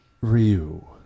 Ryu